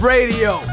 Radio